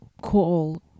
call